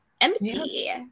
empty